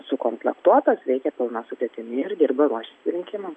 sukomplektuotos veikia pilna sudėtimi ir dirba ruošiasi rinkimam